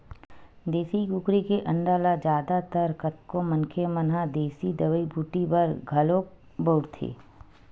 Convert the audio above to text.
देसी कुकरी के अंडा ल जादा तर कतको मनखे मन ह देसी दवई बूटी बर घलोक बउरथे